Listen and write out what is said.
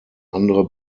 andere